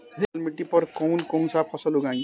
लाल मिट्टी पर कौन कौनसा फसल उगाई?